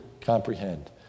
comprehend